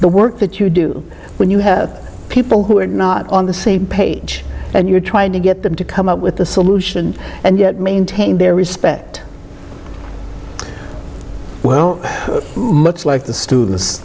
the work that you do when you have people who are not on the same page and you're trying to get them to come up with the solution and yet maintain their respect well like the students